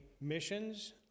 missions